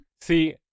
see